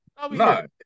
No